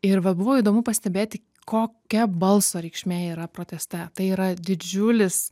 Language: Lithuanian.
ir va buvo įdomu pastebėti kokia balso reikšmė yra proteste tai yra didžiulis